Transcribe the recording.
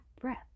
breath